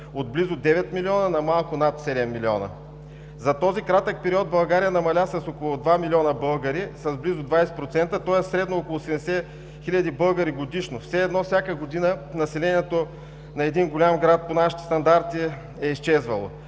от близо 9 милиона на малко над 7 милиона. За този кратък период България намаля с около 2 милиона българи с близо 20%, тоест средно около 70 хиляди българи годишно, все едно всяка година населението на един голям град по нашите стандарти е изчезвало,